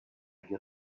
get